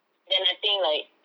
then I think like